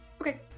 Okay